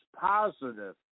positive